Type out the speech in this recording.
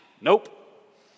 nope